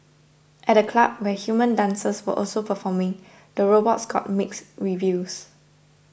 at the club where human dancers were also performing the robots got mixed reviews